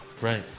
Right